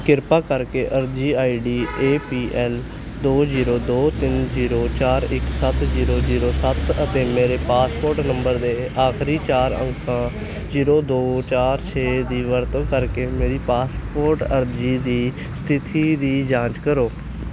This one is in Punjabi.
ਕ੍ਰਿਪਾ ਕਰਕੇ ਅਰਜ਼ੀ I D A P L ਦੋ ਜੀਰੋ ਦੋ ਤਿੰਨ ਜੀਰੋ ਚਾਰ ਇੱਕ ਸੱਤ ਜੀਰੋ ਜੀਰੋ ਸੱਤ ਅਤੇ ਮੇਰੇ ਪਾਸਪੋਰ੍ਟ ਨੰਬਰ ਦੇ ਆਖਰੀ ਚਾਰ ਅੰਕਾਂ ਜੀਰੋ ਦੋ ਚਾਰ ਛੇ ਦੀ ਵਰਤੋਂ ਕਰਕੇ ਮੇਰੀ ਪਾਸਪੋਰ੍ਟ ਅਰਜ਼ੀ ਦੀ ਸਥਿਤੀ ਦੀ ਜਾਂਚ ਕਰੋ